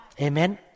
Amen